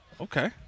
Okay